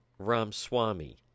Ramswamy